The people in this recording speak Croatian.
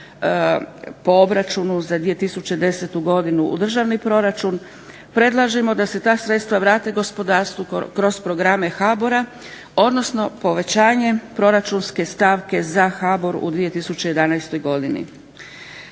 po obračunu za 2010. godinu u državni proračun, predlažemo da se ta sredstva vrate gospodarstvu kroz programe HBOR-a, odnosno povećanje proračunske stavke za HBOR u 2011. godini.